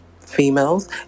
females